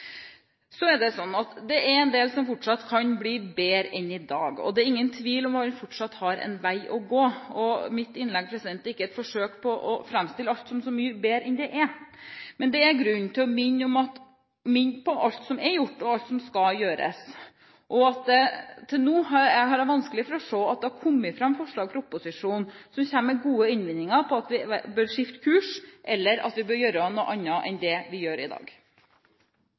så mye bedre enn det er, men det er grunn til å minne om alt som er gjort, og alt som skal gjøres. Jeg har vanskelig for å se at det til nå har kommet fram forslag fra opposisjonen med gode innvendinger for at vi bør skifte kurs, eller at vi bør gjøre noe annet enn det vi gjør i dag.